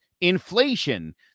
inflation